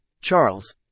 Charles